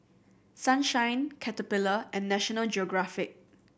Sunshine Caterpillar and National Geographic